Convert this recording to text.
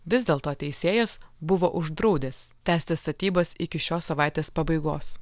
vis dėlto teisėjas buvo uždraudęs tęsti statybas iki šios savaitės pabaigos